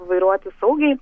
vairuoti saugiai